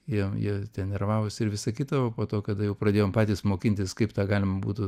jie jie ten nervavosi ir visa kita o po to kada jau pradėjom patys mokintis kaip tą galima būtų